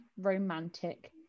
romantic